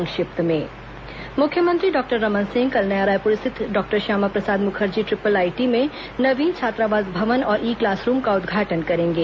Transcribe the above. संक्षिप्त समाचार मुख्यमंत्री डॉ रमन सिंह कल नया रायपुर स्थित डॉश्यामाप्रसाद मुखर्जी ट्रिपल आईटी में नवीन छात्रावास भवन और ई क्लास रूम का उद्घाटन करेंगे